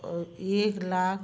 और एक लाख